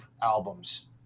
albums